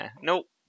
nope